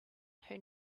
who